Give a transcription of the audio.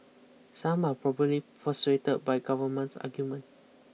some are probably persuaded by government's argument